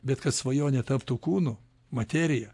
bet kad svajonė taptų kūnu materija